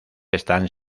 están